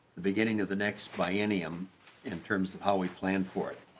beginning of the next biennium in terms of how we planned for it.